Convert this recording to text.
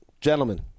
gentlemen